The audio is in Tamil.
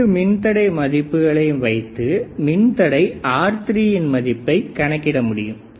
இரண்டு மின்தடை மதிப்புகளையும் வைத்து மின்தடை R3யின் மதிப்பை கணக்கிட முடியும்